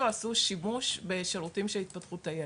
עשו שימוש בשירותים של התפתחות הילד.